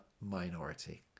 minority